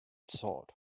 salt